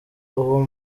uwo